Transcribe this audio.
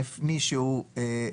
איך אנחנו משווים?